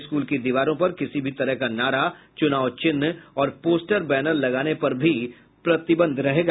school की दिवारों पर किसी भी तरह का नारा चुनाव चिन्ह और पोस्टर बैनर लगाने पर भी प्रतिबंध रहेगा